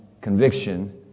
conviction